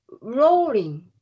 rolling